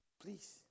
Please